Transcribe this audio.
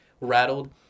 rattled